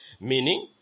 Meaning